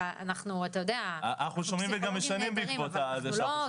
אנחנו שומעים וגם משנים בעקבות זה שאנחנו שומעים.